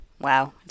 wow